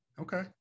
Okay